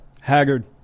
Haggard